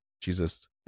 Jesus